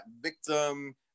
victim